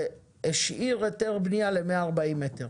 והשאיר היתר בנייה ל-140 מטר.